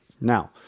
Now